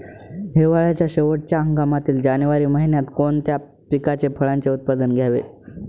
हिवाळ्याच्या शेवटच्या हंगामातील जानेवारी महिन्यात कोणत्या पिकाचे, फळांचे उत्पादन घ्यावे?